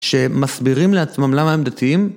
שמסבירים לעצמם למה הם דתיים.